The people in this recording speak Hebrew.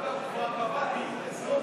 אגב, הוא כבר קבע, רשויות,